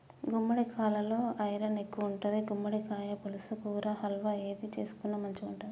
గుమ్మడికాలలో ఐరన్ ఎక్కువుంటది, గుమ్మడికాయ పులుసు, కూర, హల్వా ఏది చేసుకున్న మంచిగుంటది